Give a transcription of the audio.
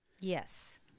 Yes